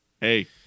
Hey